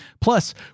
plus